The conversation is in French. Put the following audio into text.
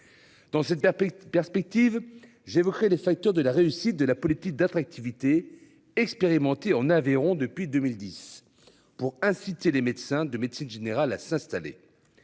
perspective perspectives j'évoquerai les facteurs de la réussite de la politique d'attractivité expérimenté on Aveyron depuis 2010 pour inciter les médecins de médecine générale à s'installer.